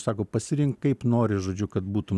sako pasirink kaip nori žodžiu kad būtum